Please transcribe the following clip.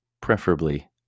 preferably